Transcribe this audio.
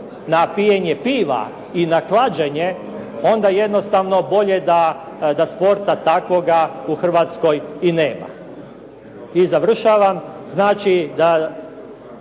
na pijenje piva i na klađenje onda jednostavno bolje da sporta takvoga u Hrvatskoj i nema. I završavam.